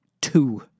two